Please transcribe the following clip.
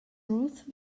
ruth